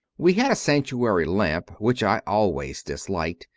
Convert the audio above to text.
we had a sanctuary lamp, which i always disliked,